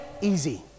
easy